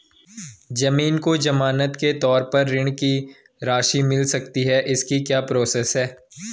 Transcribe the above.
ज़मीन को ज़मानत के तौर पर ऋण की राशि मिल सकती है इसकी क्या प्रोसेस है?